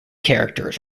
characters